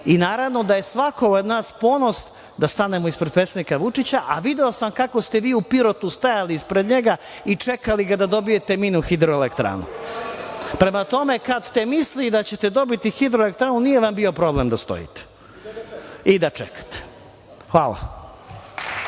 i naravno da je svakome od nas ponos da stanemo pred predsednika Vučića, a video sam kako ste vi u Pirotu stajali pred njega i čekali ga da dobijete mini hidroelektranu. Prema tome kada ste mislili da ćete dobiti mini hidroelektranu, nije vam bio problem da stojite i da čekate. Hvala.